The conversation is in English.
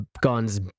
guns